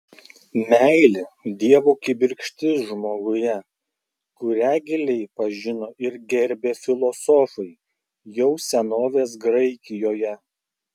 meilė dievo kibirkštis žmoguje kurią giliai pažino ir gerbė filosofai jau senovės graikijoje